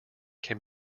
can